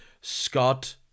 Scott